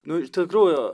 nu ir tikrųjų